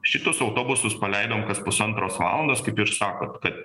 šituos autobusus paleidom kas pusantros valandos kaip ir sakot kad